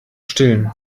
stillen